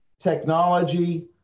technology